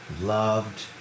loved